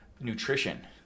nutrition